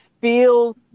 feels